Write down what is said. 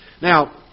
Now